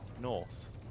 North